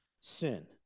sin